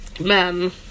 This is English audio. men